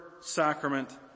sacrament